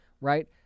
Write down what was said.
right